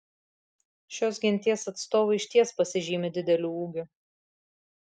šios genties atstovai išties pasižymi dideliu ūgiu